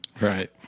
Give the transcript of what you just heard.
Right